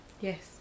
Yes